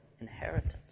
inheritance